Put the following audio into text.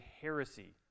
heresy